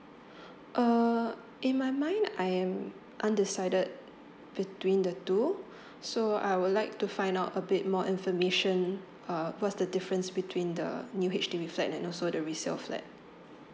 uh in my mind I am undecided between the two so I would like to find out a bit more information uh what's the difference between the new H_D_B flat and also the resale flat